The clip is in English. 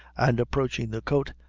and approaching the coat,